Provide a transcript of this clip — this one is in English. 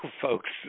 folks